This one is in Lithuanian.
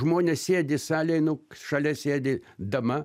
žmonės sėdi salėj nu šalia sėdi dama